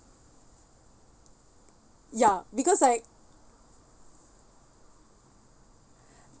ya because like